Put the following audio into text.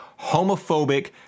homophobic